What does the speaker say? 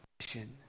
mission